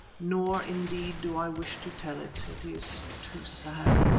nor, indeed, do i wish to tell it, it is too sad.